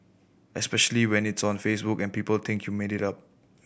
especially when it's on Facebook and people think you made it up